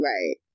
Right